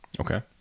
Okay